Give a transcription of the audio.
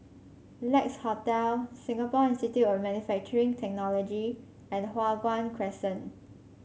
Lex Hotel Singapore Institute of Manufacturing Technology and Hua Guan Crescent